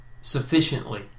sufficiently